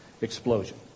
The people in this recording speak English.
explosion